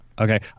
Okay